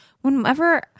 whenever